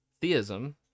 Theism